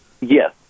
Yes